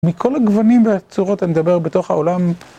מכל הגוונים והצורות אני מדבר בתוך העולם